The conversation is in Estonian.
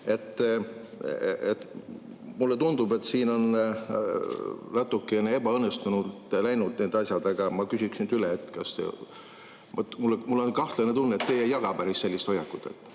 Mulle tundub, et siin on natukene ebaõnnestunult läinud need asjad. Aga ma küsiksin nüüd üle. Mul on kahtlane tunne, et teie ei jaga päris sellist hoiakut.